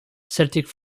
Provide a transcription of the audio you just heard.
celtic